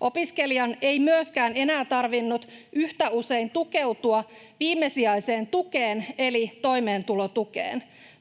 Opiskelijan ei myöskään enää tarvinnut yhtä usein tukeutua viimesijaiseen tukeen eli toimeentulotukeen.